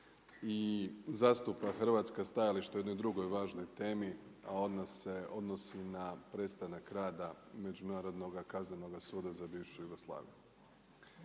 i zastupa hrvatska stajališta o jednoj drugoj važnoj temi, a ona se odnosi na prestanak rada Međunarodnoga kaznenoga suda za bivšu Jugoslaviju.